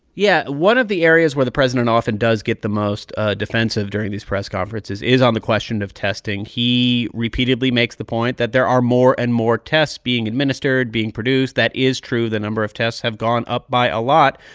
yeah, one of the areas where the president often does get the most defensive during these press conferences is on the question of testing. he repeatedly makes the point that there are more and more tests being administered, being produced. that is true. the number of tests have gone up by a lot.